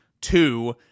two